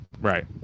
Right